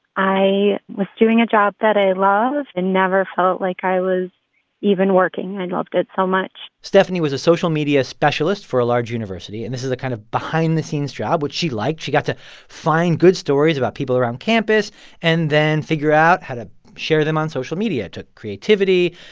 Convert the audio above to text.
i was doing a job that i loved and never felt like i was even working. i loved it so much stephanie was a social media specialist for a large university, and this is a kind of behind-the-scenes job, which she liked. she got to find good stories about people around campus and then figure out how to share them on social media. took creativity.